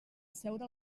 asseure